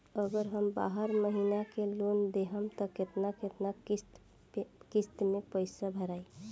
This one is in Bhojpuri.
अगर हम बारह महिना के लोन लेहेम त केतना केतना किस्त मे पैसा भराई?